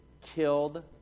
killed